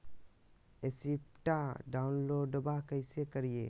रेसिप्टबा डाउनलोडबा कैसे करिए?